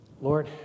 Lord